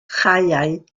chaeau